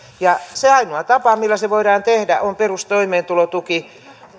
ja se ainoa tapa millä se voidaan tehdä on perustoimeentulotuki